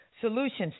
solutions